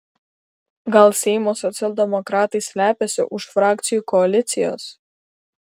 gal seimo socialdemokratai slepiasi už frakcijų koalicijos